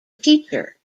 teacher